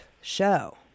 show